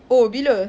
oh bila